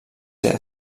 ser